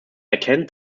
erkennt